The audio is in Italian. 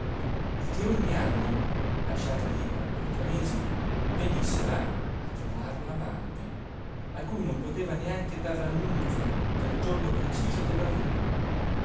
e che ogni anno lasciata libera per tre mesi venisse là a trovar l'amante a cui non poteva neanche dar l'annunzio del giorno preciso